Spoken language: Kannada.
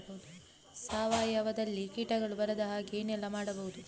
ಸಾವಯವದಲ್ಲಿ ಕೀಟಗಳು ಬರದ ಹಾಗೆ ಏನೆಲ್ಲ ಮಾಡಬಹುದು?